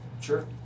sure